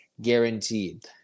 guaranteed